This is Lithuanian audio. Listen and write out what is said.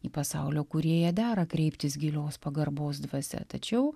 į pasaulio kūrėją dera kreiptis gilios pagarbos dvasia tačiau